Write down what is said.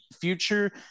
future